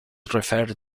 referred